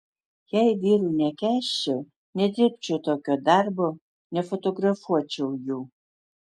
jei vyrų nekęsčiau nedirbčiau tokio darbo nefotografuočiau jų